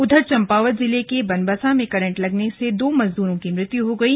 उधर चम्पावत जिले के बनबसा में करंट लगने से दो मजदूरों की मौत हो गयी